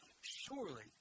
Surely